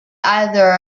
either